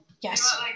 Yes